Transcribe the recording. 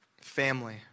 family